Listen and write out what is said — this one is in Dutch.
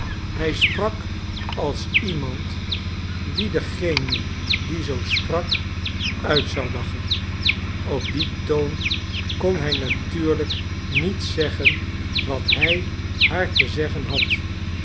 hij sprak als iemand die dengene die zoo sprak uit zou lachen en op dien toon kon hij natuurlijk niet zeggen wat hij haar te zeggen had